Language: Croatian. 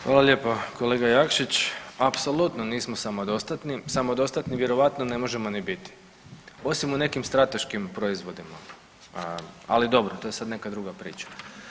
Hvala lijepa kolega Jakšić, apsolutno nismo samodostatni, samodostatni vjerojatno ne možemo ni biti osim u nekim strateškim proizvodima, ali dobro to je sad neka druga priča.